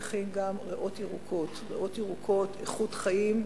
צריכים גם ריאות ירוקות ואיכות חיים,